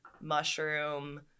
Mushroom